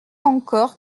encore